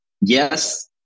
Yes